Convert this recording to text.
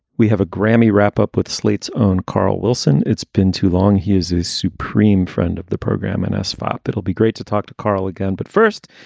we have a grammy wrap up with slate's own carl wilson. it's been too long. hughes's supreme friend of the program and sfr. it'll be great to talk to karl again. but first,